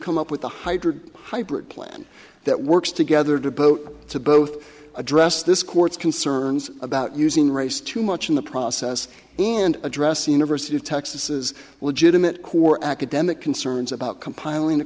come up with a hybrid hybrid plan that works together to vote to both address this court's concerns about using race too much in the process and address the university of texas is legitimate core academic concerns about compiling